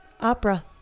Opera